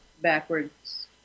backwards